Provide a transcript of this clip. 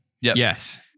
Yes